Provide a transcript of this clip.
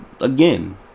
again